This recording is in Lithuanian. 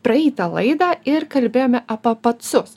praeitą laidą ir kalbėjome apie pacus